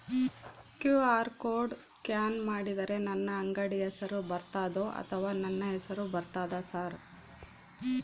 QR code scan ಮಾಡಿದರೆ ನನ್ನ ಅಂಗಡಿ ಹೆಸರು ಬರ್ತದೋ ಅಥವಾ ನನ್ನ ಹೆಸರು ಬರ್ತದ ಸರ್?